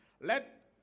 Let